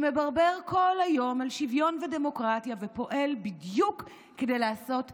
שמברבר כל היום על שוויון ודמוקרטיה ופועל בדיוק כדי לעשות ההפך,